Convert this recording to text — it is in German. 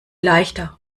leichter